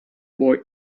boy